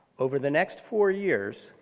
over the next four years,